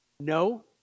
No